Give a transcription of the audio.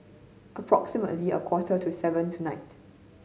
approximately a quarter to seven tonight